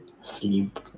sleep